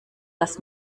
das